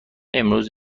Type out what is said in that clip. امروز